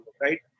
right